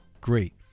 great